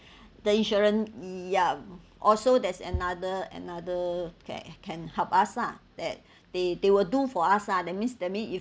the insurance ya also there's another another okay can help us lah that they they will do for us lah that means that means if